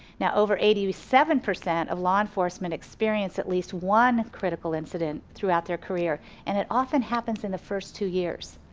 now over eighty seven percent of law enforcement experience at least one critical incident throughout their career. and it often happens in the first two years.